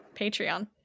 Patreon